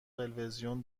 تلویزیون